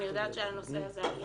אני יודעת שהנושא הזה היה